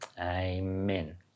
Amen